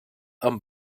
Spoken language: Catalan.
amb